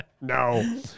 No